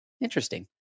interesting